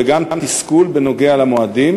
וגם תסכול בנוגע למועדים,